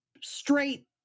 straight